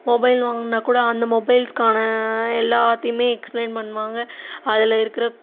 mobile வாங்கணுன்னால் கூட அந்த மொபைல்ஸ்சுக்கான எல்லாத்தையுமே எக்ஸ்ப்ளைன் பண்ணுவாங்க அதில் இருக்கிற